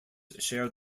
share